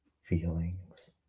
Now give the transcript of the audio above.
feelings